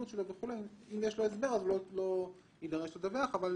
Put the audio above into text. הוא לא יתבע אותו, כי